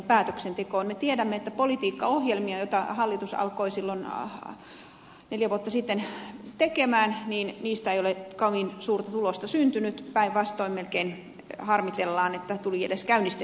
me tiedämme että politiikkaohjelmista joita hallitus alkoi neljä vuotta sitten tehdä ei ole kovin suurta tulosta syntynyt päinvastoin melkein harmitellaan että tuli edes käynnistettyä moiset